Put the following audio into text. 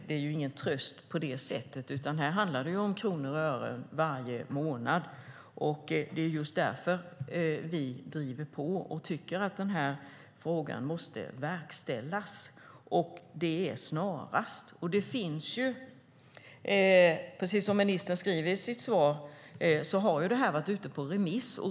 Det är ingen tröst, utan det handlar om kronor och ören varje månad. Det är därför vi driver på och tycker att denna fråga måste verkställas och det snarast. Precis som ministern skriver i sitt svar har detta varit ute på remiss.